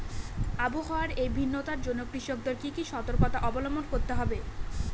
আবহাওয়ার এই ভিন্নতার জন্য কৃষকদের কি কি সর্তকতা অবলম্বন করতে হবে?